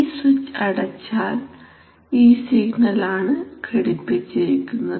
ഈ സ്വിച്ച് അടച്ചാൽ ഈ സിഗ്നൽ ആണ് ഘടിപ്പിച്ചിരിക്കുന്നത്